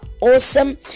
awesome